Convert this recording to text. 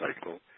cycle